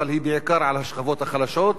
אבל בעיקר על השכבות החלשות.